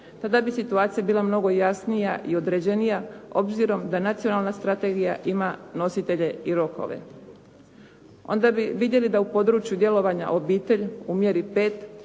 tada bi situacija bila mnogo jasnija i određenija obzirom da Nacionalna strategija ima nositelje i rokove. Onda bi vidjeli da u području djelovanja obitelji, u mjeri